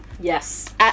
Yes